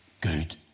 good